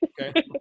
okay